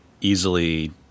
easily